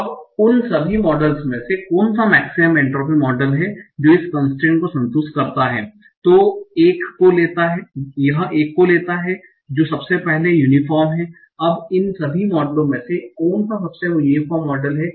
अब उन सभी मॉडलों में से कौन सा मेक्सिमम एन्ट्रापी मॉडल है जो इस कन्स्ट्रेन्ट को संतुष्ट करता है यह एक को लेता है जो सबसे अधिक यूनीफोर्म है अब इन सभी मॉडलों में से कोन सा सबसे यूनीफोर्म मॉडल है